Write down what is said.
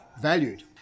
valued